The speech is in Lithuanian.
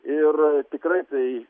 ir tikrai tai